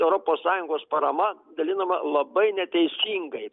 europos sąjungos parama dalinama labai neteisingai